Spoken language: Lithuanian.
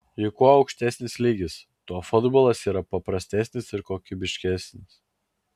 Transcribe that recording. juk kuo aukštesnis lygis tuo futbolas yra paprastesnis ir kokybiškesnis